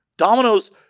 Domino's